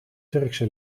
turkse